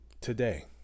today